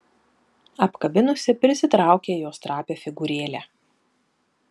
apkabinusi prisitraukė jos trapią figūrėlę